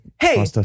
hey